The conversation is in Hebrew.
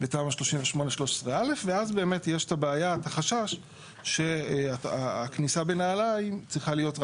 38 13א ואז עולה החשש שהכניסה בנעליים ---.